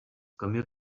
commute